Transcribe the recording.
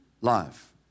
life